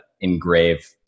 engrave